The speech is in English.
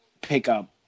pickup